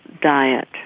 Diet